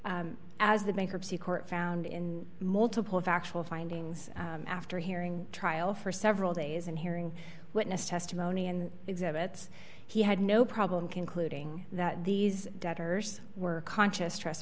s as the bankruptcy court found in multiple factual findings after hearing trial for several days and hearing witness testimony and exhibits he had no problem concluding that these doctors were conscious tres